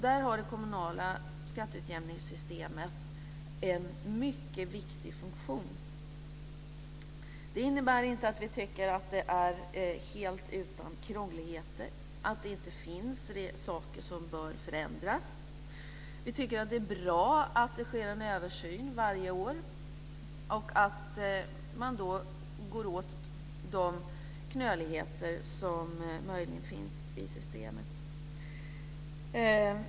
Där har det kommunala skatteutjämningssystemet en mycket viktig funktion. Det innebär inte att vi tycker att det är helt utan krångligheter, att det inte finns saker som bör förändras. Vi tycker att det är bra att det sker en översyn varje år och att man då går åt de knöligheter som möjligen finns i systemet.